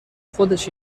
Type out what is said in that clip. خودش